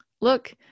look